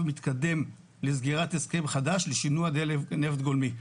מתקדם לסגירת הסכם חדש לשינוע נפט גולמי,